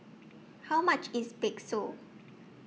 How much IS Bakso